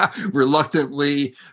reluctantly